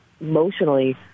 emotionally